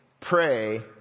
pray